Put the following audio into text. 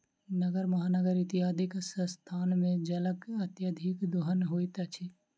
नगर, महानगर इत्यादिक स्थान मे जलक अत्यधिक दोहन होइत अछि